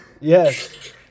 yes